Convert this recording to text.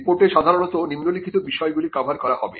রিপোর্টে সাধারণত নিম্নলিখিত বিষয়গুলি কভার করা হবে